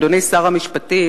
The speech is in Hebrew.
אדוני שר המשפטים,